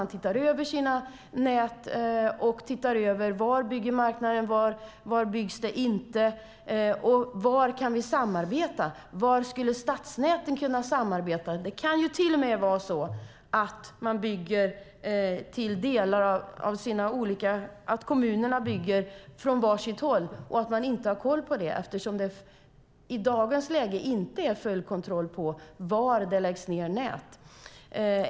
Man måste se över sina nät och se var marknaden bygger och inte bygger och var stadsnäten skulle kunna samarbeta. Nu kan det till och med vara så att kommunerna bygger från var sitt håll fast man inte har koll på det, eftersom det i dagens läge inte är full kontroll på var det läggs ned nät.